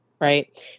right